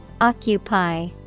occupy